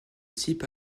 type